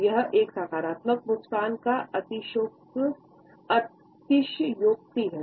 तो यह एक सकारात्मक मुस्कान का अतिशयोक्ति है